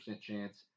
chance